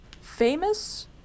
famous